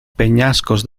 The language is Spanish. peñascos